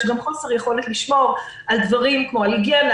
יש גם חוסר יכולת לשמור על דברים כמו היגיינה,